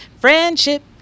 friendship